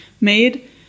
made